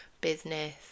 business